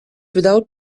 without